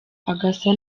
agasa